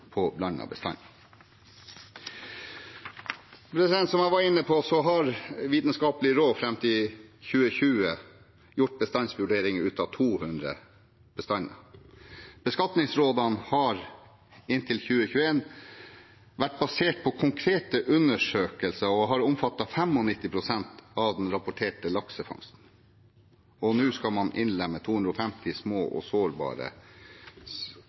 på blandet bestand. Som jeg var inne på, har Vitenskapelig råd fram til 2020 gjort bestandsvurderinger av 200 bestander. Beskatningsrådene har inntil 2021 vært basert på konkrete undersøkelser og har omfattet 95 pst. av den rapporterte laksefangsten. Nå skal man innlemme 250 små og sårbare